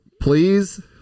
please